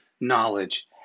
knowledge